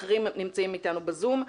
אחרים נמצאים אתנו ב-זום.